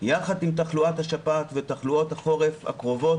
יחד עם תחלואת השפעת ותחלואות החורף הקרבות